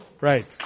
Right